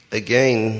again